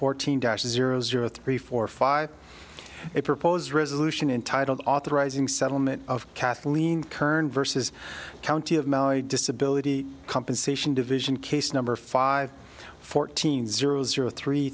fourteen dash zero zero three four five a proposed resolution entitled authorizing settlement of kathleen current versus county of disability compensation division case number five fourteen zero zero three